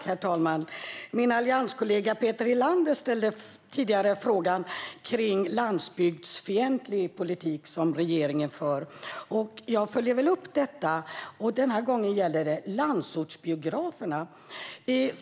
Herr talman! Min allianskollega Peter Helander ställde tidigare en fråga om den landsbygdsfientliga politik som regeringen för. Jag vill följa upp detta genom att ställa en fråga om landsortsbiograferna.